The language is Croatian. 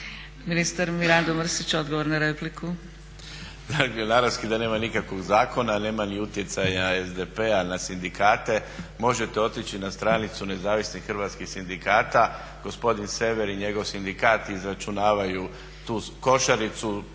Ministar Mirando Mrsić, odgovor na repliku. **Mrsić, Mirando (SDP)** Naravski da nema nikakvog zakona jer nema ni utjecaja SDP-a na sindikate. Možete otići na stranicu Nezavisnih hrvatskih sindikata, gospodin Sever i njegov sindikat izračunavaju tu košaricu